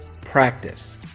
practice